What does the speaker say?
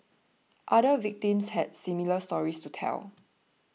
other victims had similar stories to tell